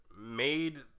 made